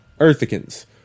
Earthicans